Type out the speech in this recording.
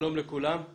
שלום לכולם,